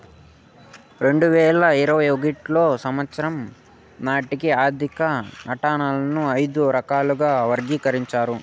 రెండు వేల ఇరవై ఒకటో సంవచ్చరం నాటికి ఆర్థిక నట్టాలను ఐదు రకాలుగా వర్గీకరించారు